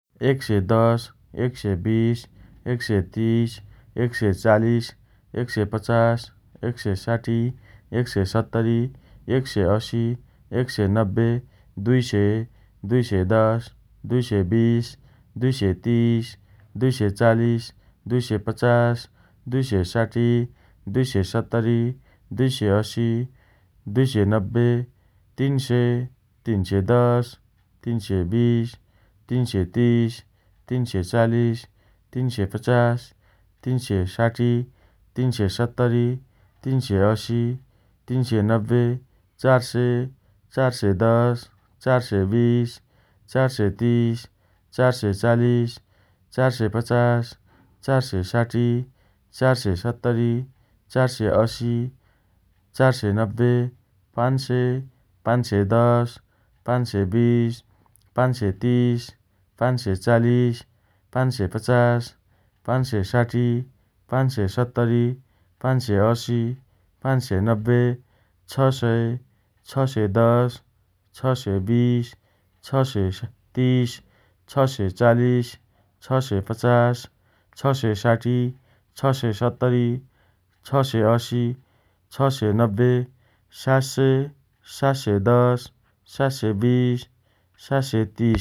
एक सय दश, एक सय बीस, एक सय तीस, एक सय चालिस, एक सय पचास, एक सय साठी, एक सय सत्तरी, एक सय असी, एक सय नब्बे, दुई सय, दुई सय दश, दुई सय बीस, दुई सय तीस, दुई सय चालिस, दुई सय पचास, दुई सय साठी, दुई सय सत्तरी, दुई सय असी, दुई सय नब्बे, तीन सय, तीन सय दश, तीन सय बीस, तीन सय तीस, तीन सय चालिस, तीन सय पचास, तीन सय साठी, तीन सय सत्तरी, तीन सय असी, तीन सय नब्बे, चार सय, चार सय दश, चार सय बीस, चार सय तीस, चार सय चालिस, चार सय पचास, चार सय साठी, चार सय सत्तरी, चार सय असी, चार सय नब्बे, पान सय, पान सय दश, पान सय बीस, पान सय तीस, पान सय चालिस, पान सय पचास, पान सय साठी, पान सय सत्तरी, पान सय असी, पान सय नब्बे, छ सय, छ सय दश, छ सय बीस, छ सय तीस, छ सय चालिस, छ सय पचास, छ सय साठी, छ सय सत्तरी, छ सय असी, छ सय नब्बे, सात सय, सात सय दश, सात सय बीस, सात सय